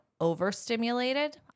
overstimulated